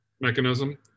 mechanism